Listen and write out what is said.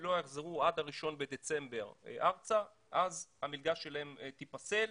לא יחזרו עד ה-1.12 ארצה אז המלגה שלהם תתבטל.